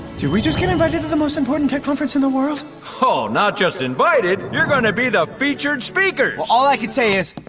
we just get invited to the most important tech conference in the world? oh, not just invited. you're gonna be the featured speakers! well all i can say is,